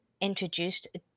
introduced